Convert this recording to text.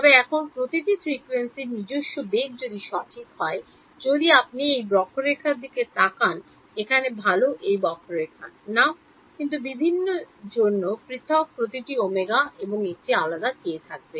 তবে এখন প্রতিটি ফ্রিকোয়েন্সির নিজস্ব বেগ সঠিক হয় যদি আপনি এই বক্ররেখার দিকে তাকান এখানে ভাল এই বক্ররেখা না কিন্তু বিভিন্ন জন্য পৃথক প্রতিটি ω একটি আলাদা k থাকবে